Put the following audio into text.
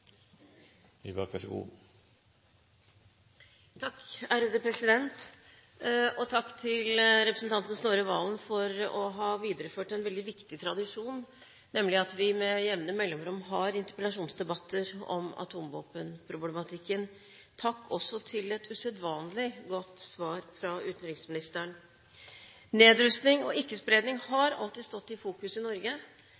Takk til representanten Snorre Serigstad Valen for å ha videreført en veldig viktig tradisjon, nemlig at vi med jevne mellomrom har interpellasjonsdebatter om atomvåpenproblematikken. Takk også for et usedvanlig godt svar fra utenriksministeren. Nedrustning og